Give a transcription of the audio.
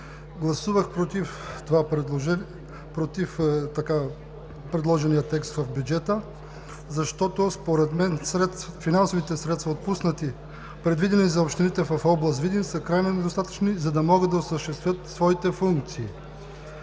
Гласувах „против“ така предложения текст в бюджета, защото според мен финансовите средства, предвидени за общините в област Видин, са крайно недостатъчни, за да могат да осъществят своите функции.